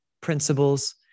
principles